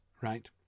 right